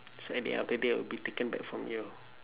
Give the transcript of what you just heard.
so at the end of the day it will be taken back from you